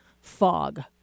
fog